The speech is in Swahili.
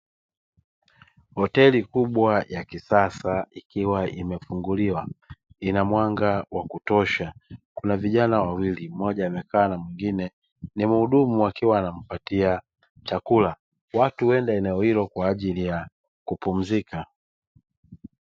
Hoteli kubwa ya kisasa ikiwa imefunguliwa ina mwanga wa kutosha na vijana wawili, mmoja amekaa na mwingine ni muhudumu akiwa anampatia chakula. Watu huenda eneo hilo kwa ajili ya kupumzika.